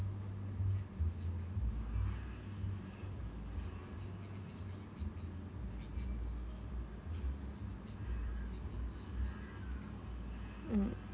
mm